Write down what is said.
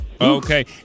Okay